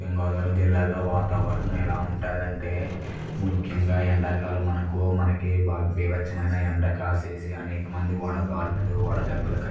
పశ్చిమ గోదావరి జిల్లాలో వాతావరణం ఎలా ఉంటుంది అంటే ముఖ్యంగా ఎండాకాలం మనకు మనకి బాగా బీభత్సమైన ఎండ కాసి అనేక మంది వడగాల్పులు వడదెబ్బలకు